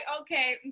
okay